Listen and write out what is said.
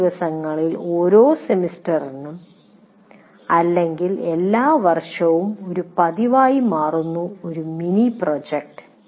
ഈ ദിവസങ്ങളിൽ ഓരോ സെമസ്റ്ററിലും അല്ലെങ്കിൽ എല്ലാ വർഷവും ഒരു പതിവായി മാറുന്നു ഒരു മിനി പ്രോജക്റ്റ്